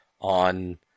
on